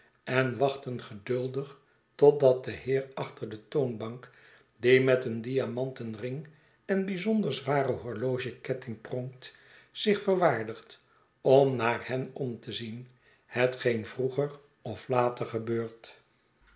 en wachten geduldig totdat de heer achter de toonbank die met een diamanten ring en bijzonder zwaren horlogeketting pronkt zich verwaardigt om naar hen om te zien hetgeen vroeger of later gebeurt